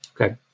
Okay